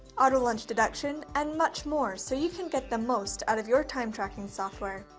auto lunch deduction, and much more so you can get the most out of your time tracking software.